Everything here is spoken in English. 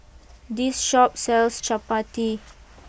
this Shop sells Chapati